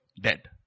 dead